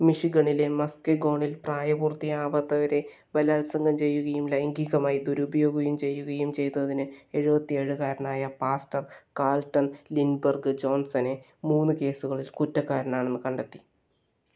മിഷിഗണിലെ മസ്കെഗോണിൽ പ്രായപൂർത്തിയാകാത്തവരെ ബലാത്സംഗം ചെയ്യുകയും ലൈംഗികമായി ദുരുപയോഗം ചെയ്യുകയും ചെയ്തതിന് എഴുപെത്തിയെഴുകാരനായ പാസ്റ്റർ കാൾട്ടൺ ലിൻഡ്ബെർഗ് ജോൺസനെ മൂന്ന് കേസുകളിൽ കുറ്റക്കാരനാണെന്ന് കണ്ടെത്തി